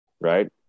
Right